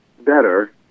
better